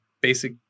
basic